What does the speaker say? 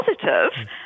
positive